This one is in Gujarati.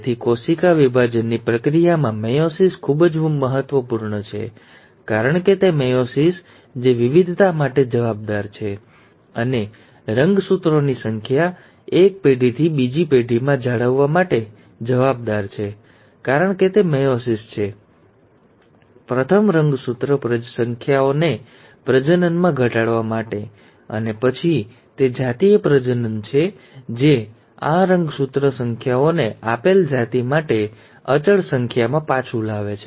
તેથી કોશિકા વિભાજનની પ્રક્રિયામાં મેયોસિસ ખૂબ જ મહત્વપૂર્ણ છે કારણ કે તે મેયોસિસ છે જે વિવિધતા માટે જવાબદાર છે અને રંગસૂત્રોની સંખ્યા એક પેઢીથી બીજી પેઢીમાં જાળવવા માટે જવાબદાર છે કારણ કે તે મેયોસિસ છે જે માટે જવાબદાર છે પ્રથમ રંગસૂત્ર સંખ્યાઓને પ્રજનનમાં ઘટાડવા માટે અને પછી તે જાતીય પ્રજનન છે જે આ રંગસૂત્ર સંખ્યાઓને આપેલ જાતિ માટે અચળ સંખ્યામાં પાછું લાવે છે